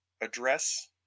address